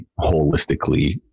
holistically